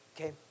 Okay